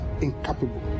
incapable